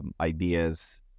ideas